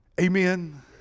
Amen